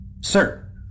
Sir